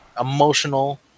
emotional